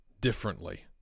differently